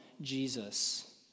Jesus